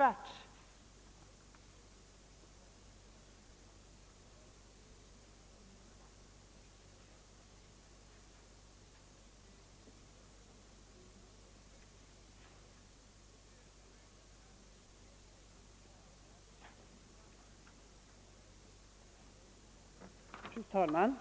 Fru talman!